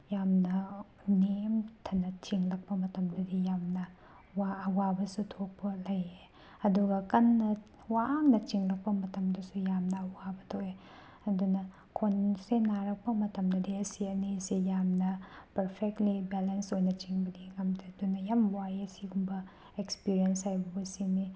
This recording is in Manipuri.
ꯌꯥꯝꯅ ꯅꯦꯝꯊꯅ ꯆꯤꯡꯂꯛꯄ ꯃꯇꯝꯗꯗꯤ ꯌꯥꯝꯅ ꯋꯥ ꯑꯋꯥꯕꯁꯨ ꯊꯣꯛꯄ ꯂꯩꯌꯦ ꯑꯗꯨꯒ ꯀꯟꯅ ꯋꯥꯡꯅ ꯆꯤꯡꯂꯛꯄ ꯃꯇꯝꯗꯁꯨ ꯌꯥꯝꯅ ꯑꯋꯥꯕ ꯊꯣꯛꯑꯦ ꯑꯗꯨꯅ ꯈꯣꯟꯁꯦ ꯅꯥꯔꯛꯄ ꯃꯇꯝꯗꯗꯤ ꯑꯁꯤ ꯑꯅꯤꯁꯦ ꯌꯥꯝꯅ ꯄꯔꯐꯦꯛꯂꯤ ꯕꯦꯂꯦꯟꯁ ꯑꯣꯏꯅ ꯆꯤꯡꯕꯗꯤ ꯉꯝꯗꯦ ꯑꯗꯨꯅ ꯌꯥꯝ ꯋꯥꯏꯌꯦ ꯁꯤꯒꯨꯝꯕ ꯑꯦꯛꯁꯄꯤꯔꯤꯌꯦꯟꯁ ꯍꯥꯏꯕꯕꯨ ꯁꯤꯅꯤ